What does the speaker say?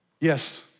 Yes